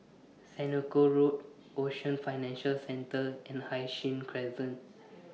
Senoko Road Ocean Financial Centre and Hai Sing Crescent